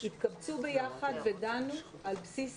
התקבצו ביחד ודנו על בסיס